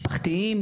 אתגרים משפחתיים,